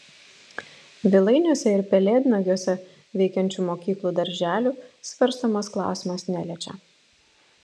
vilainiuose ir pelėdnagiuose veikiančių mokyklų darželių svarstomas klausimas neliečia